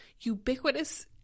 ubiquitous